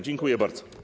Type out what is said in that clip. Dziękuję bardzo.